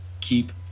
Keep